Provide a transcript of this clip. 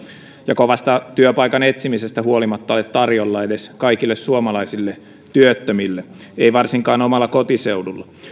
ja kovasta työpaikan etsimisestä huolimatta ole tarjolla edes kaikille suomalaisille työttömille ei varsinkaan omalla kotiseudullani